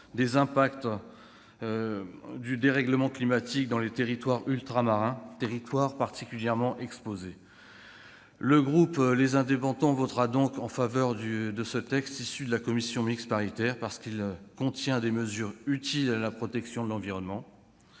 les impacts du dérèglement climatique dans les territoires ultramarins, territoires particulièrement exposés. Le groupe Les Indépendants-République et Territoires votera en faveur de ce texte issu des travaux la commission mixte paritaire parce qu'il contient des mesures utiles à la protection de l'environnement.